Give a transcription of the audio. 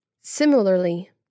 Similarly